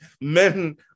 men